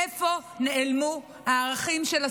איפה נעלמו הערכים של הסולידריות?